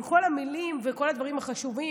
עם כל המילים ועם כל הדברים החשובים,